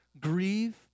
grieve